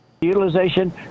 Utilization